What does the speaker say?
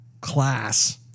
class